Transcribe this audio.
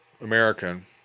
American